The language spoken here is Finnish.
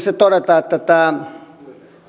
se todeta että tämä